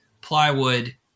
plywood